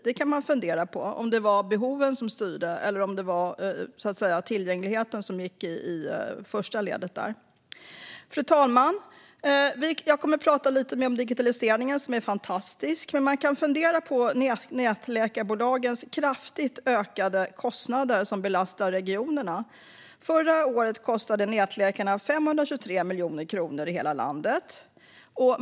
Man kan fundera på om det var behoven som styrde eller om det var tillgängligheten som gick i första ledet där. Fru talman! Jag kommer att prata lite mer om digitaliseringen, som är fantastisk. Men man kan fundera på nätläkarbolagens kraftigt ökade kostnader som belastar regionerna. Förra året kostade nätläkarna i hela landet 523 miljoner kronor.